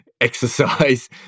exercise